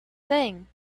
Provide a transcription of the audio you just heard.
thing